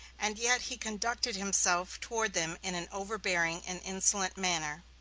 and yet he conducted himself toward them in an overbearing and insolent manner.